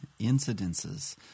incidences